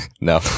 no